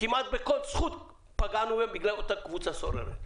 כמעט בכל זכות פגענו בהם בגלל אותה קבוצה סוררת.